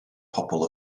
pobl